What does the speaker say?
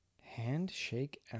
Handshake